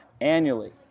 annually